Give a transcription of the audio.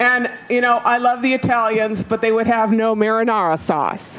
and you know i love the italians but they would have no merit or a sauce